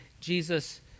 Jesus